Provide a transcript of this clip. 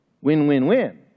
Win-win-win